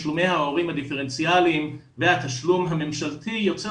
תשלומי ההורים הדיפרנציאליים והתשלום הממשלתי יוצר